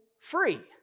free